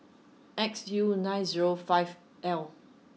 X U nine zero five L